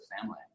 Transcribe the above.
family